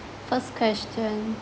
first question